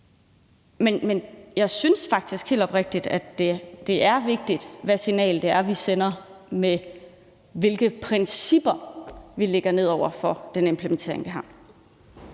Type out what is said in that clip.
Men jeg synes faktisk helt oprigtigt, at det er vigtigt, hvad signal vi sender med, hvilke principper vi lægger ned over den implementering, vi har.